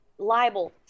libel